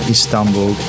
Istanbul